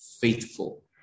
faithful